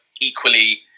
equally